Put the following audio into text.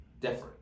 different